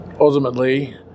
Ultimately